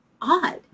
odd